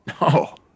No